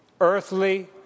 earthly